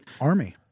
army